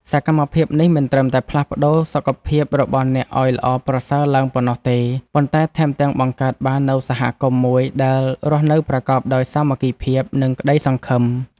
សកម្មភាពនេះមិនត្រឹមតែផ្លាស់ប្តូរសុខភាពរបស់អ្នកឱ្យល្អប្រសើរឡើងប៉ុណ្ណោះទេ ប៉ុន្តែថែមទាំងបង្កើតបាននូវសហគមន៍មួយដែលរស់នៅប្រកបដោយសាមគ្គីភាព និងក្តីសង្ឃឹម។